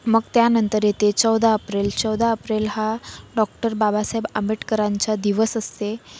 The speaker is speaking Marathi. मग त्यानंतर येते चौदा अप्रेल चौदा अप्रेल हा डॉक्टर बाबासाहेब आंबेडकरांचा दिवस असतो